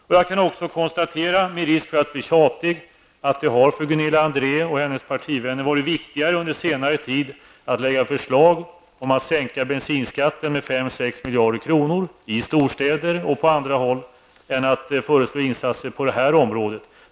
Med risk för att bli tjatig kan jag också konstatera att det för Gunilla André och hennes partivänner under senare tid har varit viktigare att lägga fram förslag om att sänka bensinskatten med 5--6 miljarder kronor i storstäder och på andra håll än att föreslå insatser på det här området.